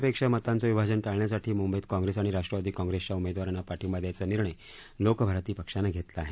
धर्मनिरपेक्ष मतांचं विभाजन टाळण्यासाठी मुंबईत काँप्रेस आणि राष्ट्रवादी काँप्रेसच्या उमेदवारांना पाठींबा द्यायचा निर्णय लोकभारती पक्षानं घेतला आहे